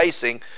facing